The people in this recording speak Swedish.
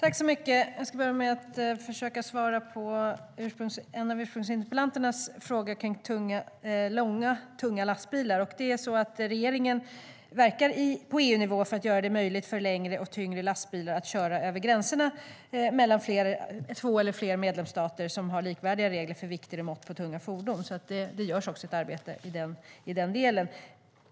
Herr talman! Jag ska börja med att försöka svara på en av interpellanternas frågor om långa, tunga lastbilar. Regeringen verkar på EU-nivå för att göra det möjligt för längre och tyngre lastbilar att köra över gränserna mellan två eller flera medlemsstater som har likvärdiga regler för vikt och mått för tunga fordon, så det görs ett arbete i den delen.